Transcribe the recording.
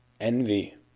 envy